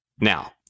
Now